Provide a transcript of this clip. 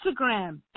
Instagram